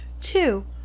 Two